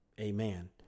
amen